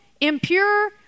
impure